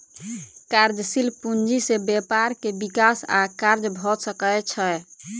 कार्यशील पूंजी से व्यापार के विकास आ कार्य भ सकै छै